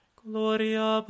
gloria